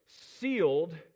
sealed